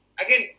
again